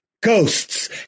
Ghosts